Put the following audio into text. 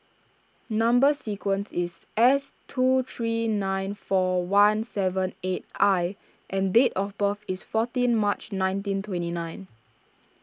Number Sequence is S two three nine four one seven eight I and date of birth is fourteen March nineteen twenty nine